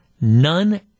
None